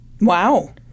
wow